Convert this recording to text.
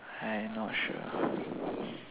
I not sure